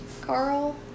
Carl